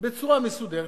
בצורה מסודרת,